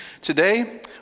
Today